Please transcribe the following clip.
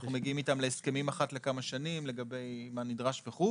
ואנחנו מגיעים איתם להסכמים אחת לכמה שנים לגבי מה נדרש וכו'.